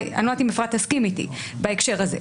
אני לא יודעת אם אפרת תסכים איתי בהקשר הזה,